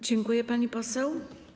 Dziękuję, pani poseł.